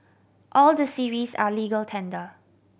all the series are legal tender